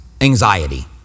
anxiety